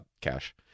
cash